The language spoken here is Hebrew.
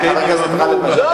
חבר הכנסת גאלב מג'אדלה.